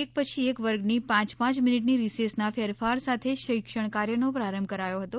એક પછી એક વર્ગની પાંચ પાંચ મિનિટની રિસેસના ફેરફાર સાથે શિક્ષણ કાર્યનો પ્રારંભ કરાયો હતો